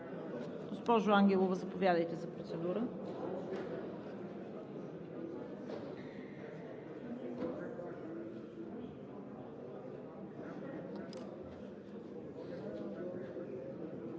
Господин Николов, заповядайте за процедура.